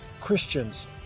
Christians